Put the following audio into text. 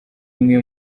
imwe